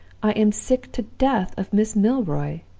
i'm sick to death of miss milroy.